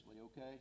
okay